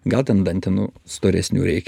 gal ten dantenų storesnių reikia